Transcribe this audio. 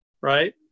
Right